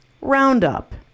Roundup